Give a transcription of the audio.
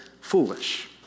foolish